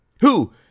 Who